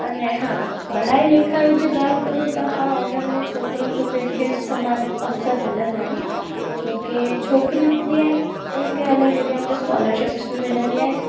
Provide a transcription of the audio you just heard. अने हा पढ़ाई लिखायूं जी ॻाल्हि करूं त हा उन्हनि में छोकिरनि छोकिरियुनि खे समान अवसर मिलंदा आहिनि छोकी छोकिरी हूंदी आहिनि उन्हनि खे इलाही जॻहयुनि ते स्कॉलरशिप्स बि मिलंदी आहिनि